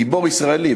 גיבור ישראלי,